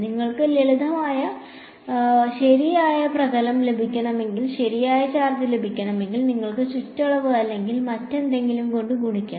നിങ്ങൾക്ക് ശരിയായ പ്രതലം ലഭിക്കണമെങ്കിൽ ശരിയായ ചാർജ് ലഭിക്കണമെങ്കിൽ നിങ്ങൾ ചുറ്റളവ് അല്ലെങ്കിൽ മറ്റെന്തെങ്കിലും കൊണ്ട് ഗുണിക്കണം